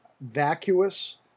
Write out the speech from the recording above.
vacuous